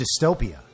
dystopia